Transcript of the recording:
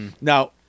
Now